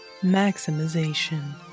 maximization